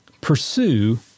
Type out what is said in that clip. pursue